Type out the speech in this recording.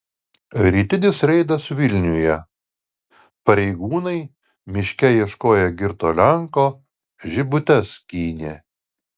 rytinis reidas vilniuje pareigūnai miške ieškoję girto lenko žibutes skynė